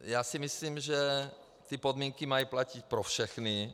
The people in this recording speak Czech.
Já si myslím, že podmínky mají platit pro všechny.